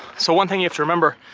so one thing you have to remember,